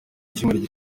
icyumweru